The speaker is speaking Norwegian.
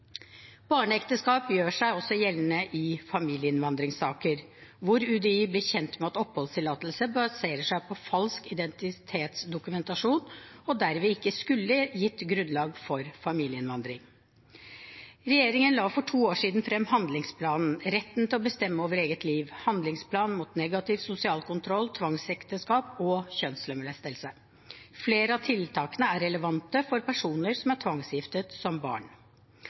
Barneekteskap gjør seg også gjeldende i familieinnvandringssaker der UDI blir kjent med at oppholdstillatelse baserer seg på falsk identitetsdokumentasjon og derved ikke skulle gitt grunnlag for familieinnvandring. Regjeringen la for to år siden frem handlingsplanen «Retten til å bestemme over eget liv – Handlingsplan mot negativ sosial kontroll, tvangsekteskap og kjønnslemlestelse». Flere av tiltakene er relevante for personer som er tvangsgiftet som barn.